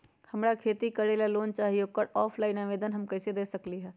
हमरा खेती करेला लोन चाहि ओकर ऑफलाइन आवेदन हम कईसे दे सकलि ह?